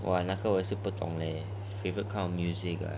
!wah! 那个我也是不懂 lei favourite kind of music ah